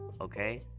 okay